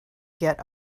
get